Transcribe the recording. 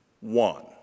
one